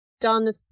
done